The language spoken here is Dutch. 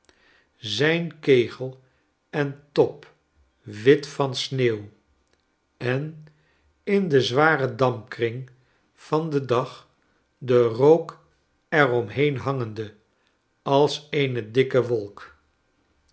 zijn kegel en top wit van sneeuw en in den zwaren dampkring van den dag de rook er omheen hangende als eene dikke wolk